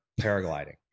paragliding